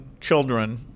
children